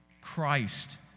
Christ